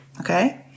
okay